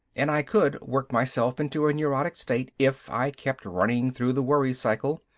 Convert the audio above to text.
and i could work myself into a neurotic state if i kept running through the worry cycle.